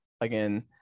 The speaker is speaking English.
again